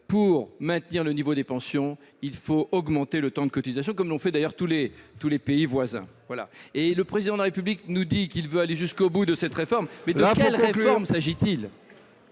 pour maintenir le niveau des pensions, il faut augmenter le temps de cotisation, comme l'ont fait d'ailleurs tous les pays voisins. Le Président de la République affirme qu'il veut aller jusqu'au bout de cette réforme ... Mais de quelle réforme s'agit-il ?